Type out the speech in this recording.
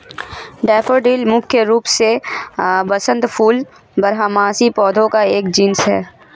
daffodil मुख्य रूप से वसंत फूल बारहमासी पौधों का एक जीनस है